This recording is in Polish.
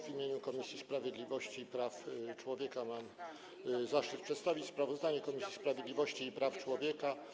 W Imieniu Komisji Sprawiedliwości i Praw Człowieka mam zaszczyt przedstawić sprawozdanie Komisji Sprawiedliwości i Praw Człowieka.